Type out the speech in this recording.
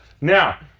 Now